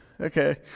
Okay